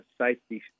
safety